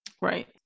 Right